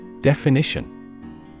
Definition